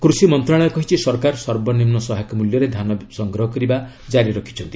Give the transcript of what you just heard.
କୃଷି ମନ୍ତ୍ରଣାଳୟ କହିଛି ସରକାର ସର୍ବନିମୁ ସହାୟକ ମୂଲ୍ୟରେ ଧାନ ସଂଗ୍ହ କରିବା କ୍କାରି ରଖିଛନ୍ତି